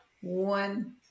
one